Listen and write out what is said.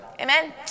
Amen